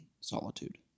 solitude